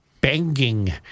Banging